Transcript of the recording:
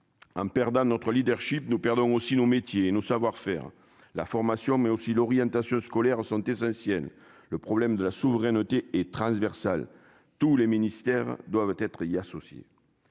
un perdant notre Leadership nous perdons aussi nos métiers, nos savoir-faire, la formation, mais aussi l'orientation scolaire sont essentiels, le problème de la souveraineté et transversale, tous les ministères doivent être s'y associer,